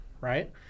right